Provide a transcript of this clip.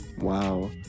Wow